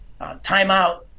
timeout